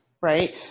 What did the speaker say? right